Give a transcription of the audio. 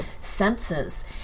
senses